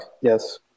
Yes